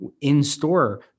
in-store